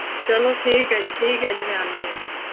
ਚੱਲੋ ਠੀਕ ਹੈ ਜੀ ਠੀਕ ਹੈ ਜੀ ਮੈਂ ਆਉਂਦੀ ਹੈ ਜੀ